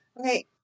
Okay